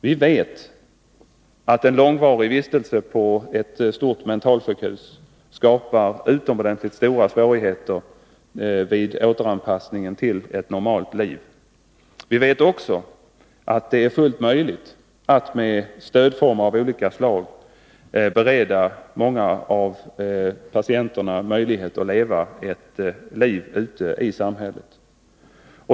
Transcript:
Vi vet att långvarig vistelse på ett stort mentalsjukhus skapar utomordentligt stora svårigheter vid återanpassning till ett normalt liv. Vi vet också att det är fullt möjligt att med stödformer av olika slag bereda många av patienterna möjlighet att leva ett liv ute i samhället.